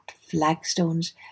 flagstones